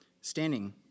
standing